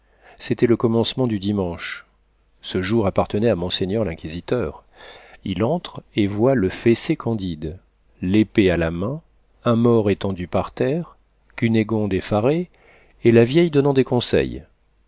c'était le commencement du dimanche ce jour appartenait à monseigneur l'inquisiteur il entre et voit le fessé candide l'épée à la main un mort étendu par terre cunégonde effarée et la vieille donnant des conseils